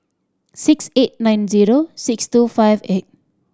six eight nine zero six two five eight